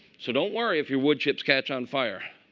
so don't worry if your wood chips catch on fire.